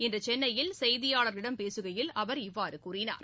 இன்று சென்னையில் செய்தியாளர்களிடம் பேசுகையில் அவர் இவ்வாறு கூறினார்